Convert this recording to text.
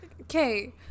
okay